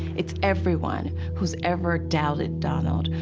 it's everyone who's ever doubted donald,